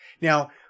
Now